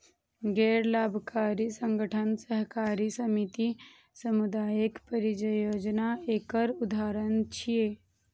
गैर लाभकारी संगठन, सहकारी समिति, सामुदायिक परियोजना एकर उदाहरण छियै